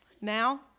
now